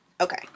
Okay